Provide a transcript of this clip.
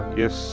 yes